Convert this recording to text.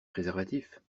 préservatifs